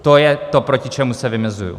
To je to, proti čemu se vymezuji.